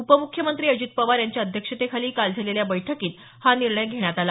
उपमुख्यमंत्री अजित पवार यांच्या अध्यक्षतेखाली काल झालेल्या बैठकीत हा निर्णय घेण्यात आला